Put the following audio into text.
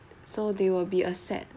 so they will be a set